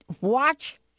Watch-